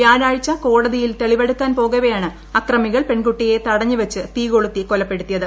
വ്യാഴാഴ്ച കോടതിയിൽ തെ്ളിവെടുക്കാൻ പോകവേയാണ് അക്രമികൾ പെൺകുട്ടിയെ തടഞ്ഞു വെച്ച് തീ കൊളുത്തി കൊലപ്പെടുത്തിയത്